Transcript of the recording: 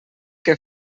què